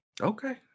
Okay